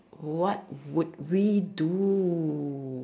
what would we do